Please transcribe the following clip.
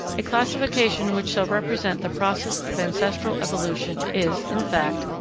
a classification which shall represent the process of ancestral evolution is, in fact,